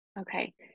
okay